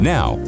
Now